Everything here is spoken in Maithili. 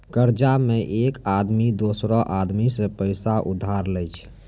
कर्जा मे एक आदमी दोसरो आदमी सं पैसा उधार लेय छै